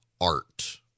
art